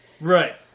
right